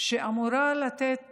שאמורה לתת